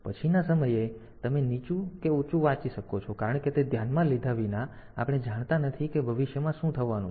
તેથી પછીના સમયે તમે નીચું કે ઊંચું વાંચી રહ્યા છો કારણ કે તે ધ્યાનમાં લીધા વિના આપણે જાણતા નથી કે ભવિષ્યમાં શું થવાનું છે